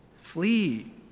Flee